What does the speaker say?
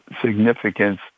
significance